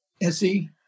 Essie